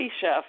chef